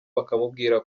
bakamubwira